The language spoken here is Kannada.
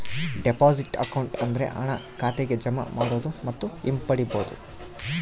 ಡೆಪಾಸಿಟ್ ಅಕೌಂಟ್ ಅಂದ್ರೆ ಹಣನ ಖಾತೆಗೆ ಜಮಾ ಮಾಡೋದು ಮತ್ತು ಹಿಂಪಡಿಬೋದು